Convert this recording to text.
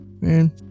Man